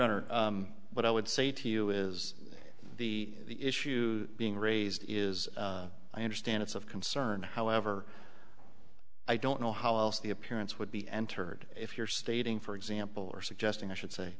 court but i would say to you is the issue being raised is i understand it's of concern however i don't know how else the appearance would be entered if you're stating for example or suggesting i should say